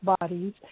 bodies